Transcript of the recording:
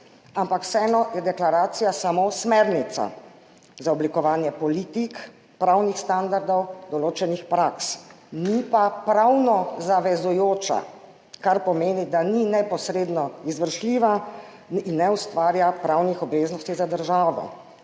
ampak vseeno je deklaracija samo smernica za oblikovanje politik, pravnih standardov, določenih praks, ni pa pravno zavezujoča, kar pomeni, da ni neposredno izvršljiva in ne ustvarja pravnih obveznosti za državo.